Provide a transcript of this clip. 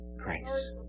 Grace